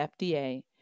FDA